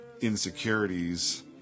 insecurities